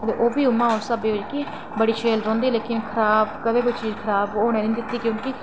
ते ओह्बी उंआ उस स्हाबै दी बड़ी चिर रौहंदी लेकिन खराब कदें कोई चीज़ खराब निं होने दित्ती क्योंकि